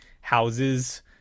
houses